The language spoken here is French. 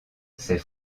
ces